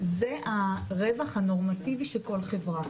זה הרווח הנורמטיבי של כל חברה,